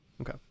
Okay